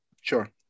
sure